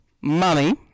Money